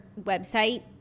website